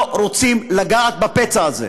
לא רוצים לגעת בפצע הזה,